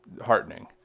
heartening